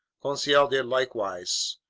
conseil did likewise.